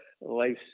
life's